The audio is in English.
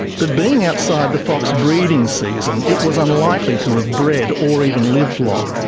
but being outside the fox breeding season, it was unlikely to have bred or even lived long.